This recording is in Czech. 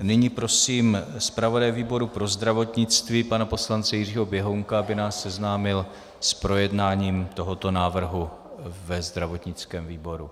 Nyní prosím zpravodaje výboru pro zdravotnictví pana poslance Jiřího Běhounka, aby nás seznámil s projednáním tohoto návrhu ve zdravotním výboru.